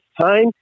time